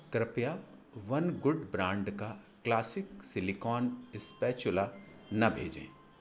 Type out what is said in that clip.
कृपया one good brand का classic silicone spatula ना भेजें